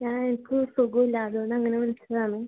ഞാൻ എനിക്ക് സുഖമില്ല അതുകൊണ്ട് അങ്ങനെ വിളിച്ചതാണ്